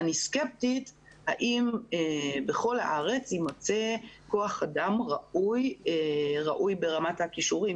אני סקפטית האם בכל הארץ יימצא כוח אדם ראוי ברמת הכישורים